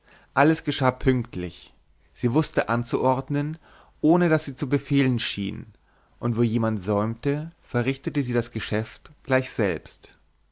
alles geschah pünktlich sie wußte anzuordnen ohne daß sie zu befehlen schien und wo jemand säumte verrichtete sie das geschäft gleich selbst